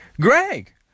Greg